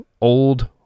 old